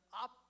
up